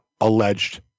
alleged